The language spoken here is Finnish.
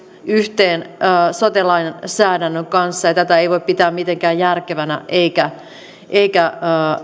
yhteen sote lainsäädännön kanssa ja tätä ei voi pitää mitenkään järkevänä eikä